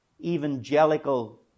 evangelical